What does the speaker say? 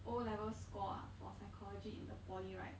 o level score ah for psychology in the poly right